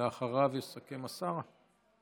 ואחריו יסכם השר.